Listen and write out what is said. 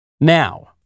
Now